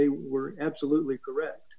they were absolutely correct